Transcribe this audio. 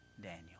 Daniel